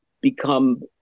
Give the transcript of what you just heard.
become